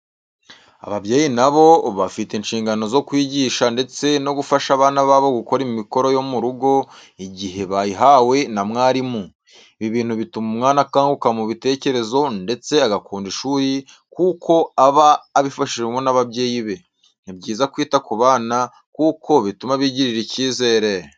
Ababyeyi na bo bafite inshingano zo kwigisha ndetse no gufasha abana babo gukora imikoro yo mu rugo igihe bayihawe na mwarimu. Ibi bintu bituma umwana akanguka mu bitekerezo ndetse agakunda ishuri kuko aba abifashwamo n'ababyeyi be. Ni byiza kwita ku bana kuko bituma bigirira icyizere.